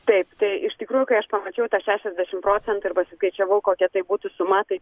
taip tai iš tikrųjų kai aš pamačiau tą šešiasdešim procentų ir pasiskaičiavau kokia tai būtų suma tai